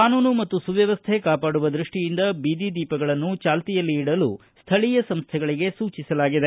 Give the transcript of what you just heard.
ಕಾನೂನು ಮತ್ತು ಸುವ್ವವಸ್ಥೆ ಕಾಪಾಡುವ ದೃಷ್ಟೀಯಿಂದ ಬೀದಿ ದೀಪಗಳನ್ನು ಚಾಲ್ತಿಯಲ್ಲಿ ಇಡಲು ಸ್ಥಳೀಯ ಸಂಸ್ಟೆಗಳಿಗೆ ಸೂಚಿಸಲಾಗಿದೆ